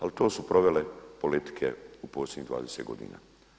Ali to su provele politike u posljednjih 20 godina.